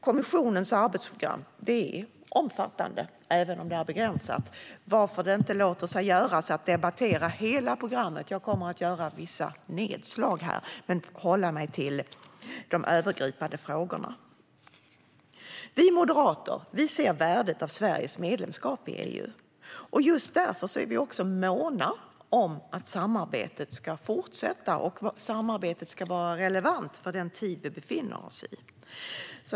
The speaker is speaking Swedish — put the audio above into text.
Kommissionens arbetsprogram är omfattande, även om det är begränsat, varför det inte låter sig göras att debattera hela programmet. Jag kommer att göra vissa nedslag och hålla mig till de övergripande frågorna. Vi moderater ser värdet av Sveriges medlemskap i EU. Just därför är vi också måna om att samarbetet ska fortsätta och vara relevant för den tid vi befinner oss i.